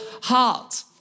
heart